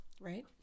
Right